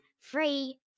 free